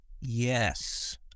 yes